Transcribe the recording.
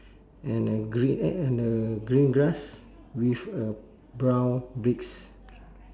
and a green and and a green grass with uh brown bricks